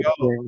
go